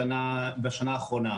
בשנה האחרונה.